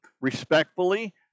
respectfully